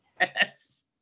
yes